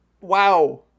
Wow